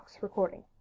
recording